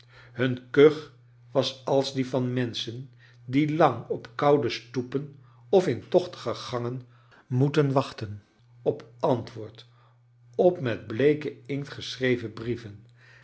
hun kuch was als die van menschen die lang op koude stoepen of in tochtige gangen moeten wachten op antwoord op met bleeken inkt geschrei ven brieven